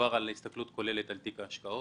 כשמדובר על הסתכלות כוללת על תיק האשראי.